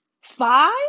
five